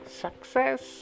Success